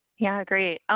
yeah, great,